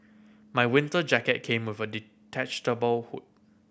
my winter jacket came with a hood